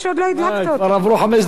כבר עברו חמש דקות נוספות.